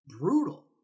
brutal